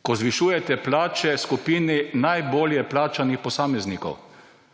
ko zvišujete plače skupini najbolj plačanih posameznikov.